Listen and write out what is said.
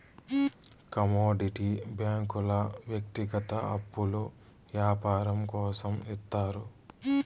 commodity బ్యాంకుల వ్యక్తిగత అప్పులు యాపారం కోసం ఇత్తారు